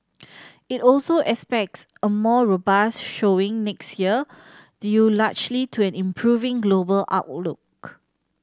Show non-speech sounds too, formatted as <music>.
<noise> it also expects a more robust showing next year due largely to an improving global outlook